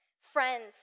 Friends